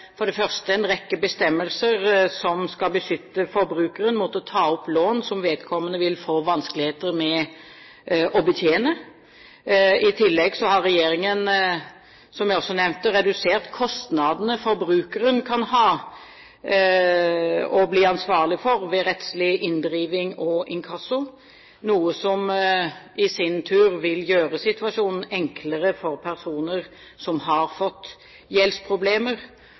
for det første en rekke bestemmelser som skal beskytte forbrukeren mot å ta opp lån som vedkommende vil få vanskeligheter med å betjene. I tillegg har regjeringen, som jeg også nevnte, redusert kostnadene forbrukeren kan ha og bli ansvarlig for ved rettslig inndriving og inkasso, noe som i sin tur vil gjøre situasjonen enklere for personer som har fått gjeldsproblemer.